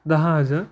दहा हजार